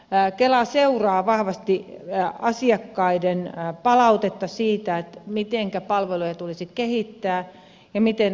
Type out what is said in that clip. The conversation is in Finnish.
kela seuraa vahvasti asiakkaiden palautetta siitä miten palveluja tulisi kehittää ja miten asiakaspalvelu toimii